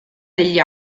degli